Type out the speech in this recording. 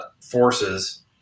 forces